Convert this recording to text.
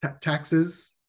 Taxes